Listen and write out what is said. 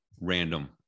Random